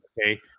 Okay